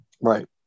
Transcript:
Right